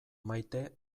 maite